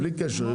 בלי קשר,